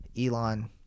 Elon